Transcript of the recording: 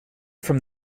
from